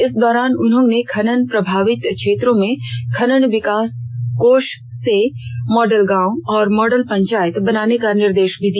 इस दौरान उन्होंने खनन प्रभावित क्षेत्रों में खनन विकास कोष से मॉडल गांव और मॉडल पंचायत बनाने का निर्देष भी दिया